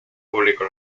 publicó